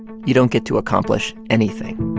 you don't get to accomplish anything